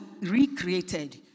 recreated